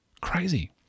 Crazy